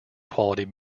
quality